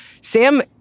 Sam